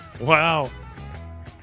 wow